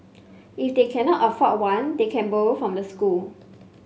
if they cannot afford one they can borrow from the school